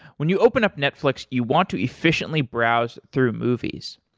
when you open up netflix you want to efficiently browse through movies.